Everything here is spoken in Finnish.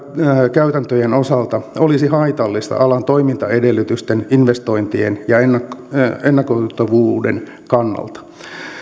käytäntöjen osalta olisi haitallisia alan toimintaedellytysten investointien ja ennakoitavuuden kannalta